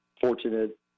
fortunate